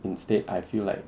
instead I feel like